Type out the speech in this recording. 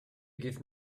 give